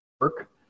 Work